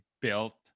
built